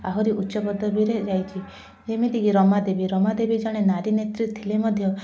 ଆହୁରି ଉଚ୍ଚ ପଦବୀରେ ଯାଇଛି ଯେମିତିକି ରମାଦେବୀ ରମାଦେବୀ ଜଣେ ନାରୀନେତ୍ରୀ ଥିଲେ ମଧ୍ୟ